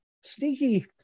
sneaky